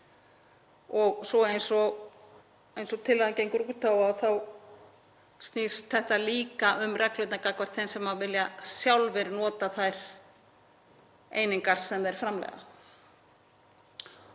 Og svo, eins og tillagan gengur út á, þá snýst þetta líka um reglurnar gagnvart þeim sem vilja sjálfir nota þær einingar sem þeir framleiða.